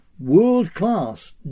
world-class